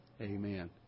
Amen